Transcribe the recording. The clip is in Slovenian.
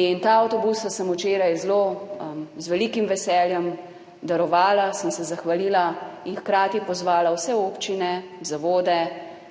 In ta avtobusa sem včeraj z velikim veseljem darovala, sem se zahvalila in hkrati pozvala vse občine, zavode,